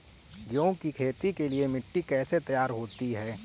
गेहूँ की खेती के लिए मिट्टी कैसे तैयार होती है?